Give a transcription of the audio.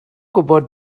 gwybod